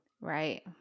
Right